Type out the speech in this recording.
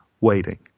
waiting